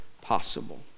possible